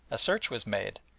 a search was made,